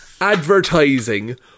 Advertising